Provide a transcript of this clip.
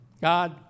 God